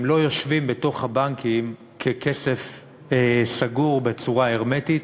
הם לא יושבים בבנקים ככסף סגור בצורה הרמטית,